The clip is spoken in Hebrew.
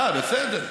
בסדר.